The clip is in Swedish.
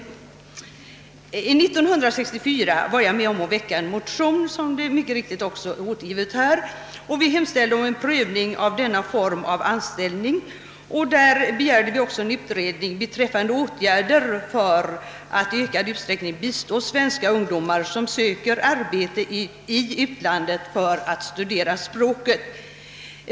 År 1964 var jag med om att väcka en motion, i vilken vi hemställde om en prövning av denna form av anställning och begärde en utredning beträffande åtgärder för att i ökad utsträckning bistå svenska ungdomar som söker arbete i utlandet i syfte att studera språket.